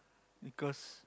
because